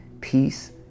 peace